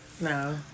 No